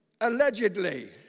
allegedly